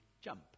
jump